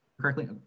correctly